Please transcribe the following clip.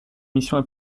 missions